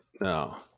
No